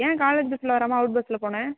ஏ college பஸ்ஸில் வராமல் out பஸ்ஸில் போன